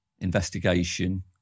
investigation